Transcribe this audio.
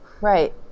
Right